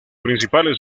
principales